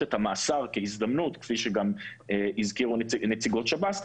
את המאסר כהזדמנות כפי שגם הזכירו נציגות שב"ס,